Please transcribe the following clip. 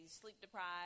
sleep-deprived